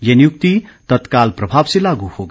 ये नियुक्ति तत्काल प्रभाव से लागू होगी